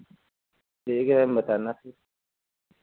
ठीक है मैम बताना फिर